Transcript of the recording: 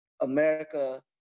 America